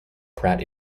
pratt